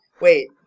Wait